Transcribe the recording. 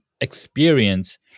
experience